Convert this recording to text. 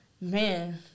man